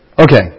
Okay